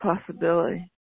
possibility